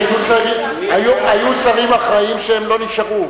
היו שרים אחראים שהם לא נשארו.